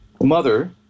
mother